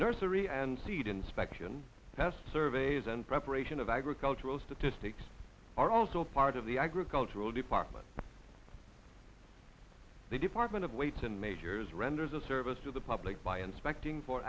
nursery and seed inspection pest surveys and preparation of agricultural statistics are also part of the agricultural department the department of weights and measures renders a service to the public by inspecting for